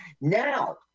Now